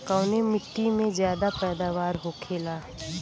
कवने मिट्टी में ज्यादा पैदावार होखेला?